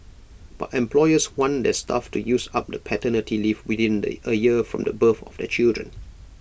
but employers want their staff to use up the paternity leave within A year from the birth of their children